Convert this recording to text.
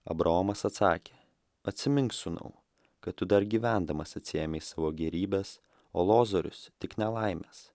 abraomas atsakė atsimink sūnau kad tu dar gyvendamas atsiėmei savo gėrybes o lozorius tik nelaimes